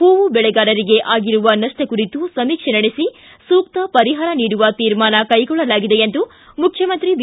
ಹೂವು ಬೆಳೆಗಾರರಿಗೆ ಆಗಿರುವ ನಷ್ಷ ಕುರಿತು ಸಮೀಕ್ಷೆ ನಡೆಸಿ ಸೂಕ್ತ ಪರಿಹಾರ ನೀಡುವ ತೀರ್ಮಾನ ಕೈಗೊಳ್ಳಲಾಗಿದೆ ಎಂದು ಮುಖ್ಯಮಂತ್ರಿ ಬಿ